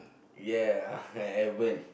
ya I haven't